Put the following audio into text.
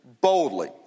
boldly